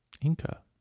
inca